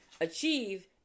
achieve